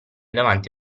davanti